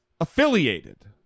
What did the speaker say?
affiliated